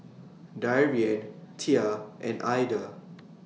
Darien Tia and Aida